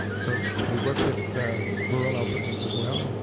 so we work with rural albertans as well, and